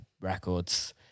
records